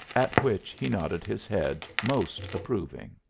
at which he nodded his head most approving.